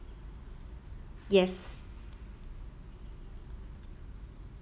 yes